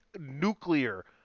nuclear